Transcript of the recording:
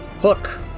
hook